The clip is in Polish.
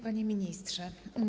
Panie Ministrze!